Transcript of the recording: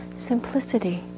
simplicity